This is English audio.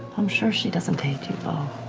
i'm sure she doesn't hate you,